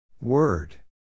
Word